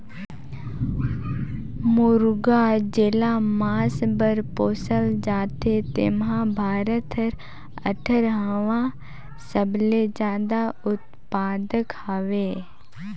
मुरगा जेला मांस बर पोसल जाथे तेम्हे भारत हर अठारहवां सबले जादा उत्पादक हवे